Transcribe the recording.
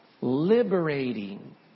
liberating